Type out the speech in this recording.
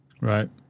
Right